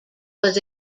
was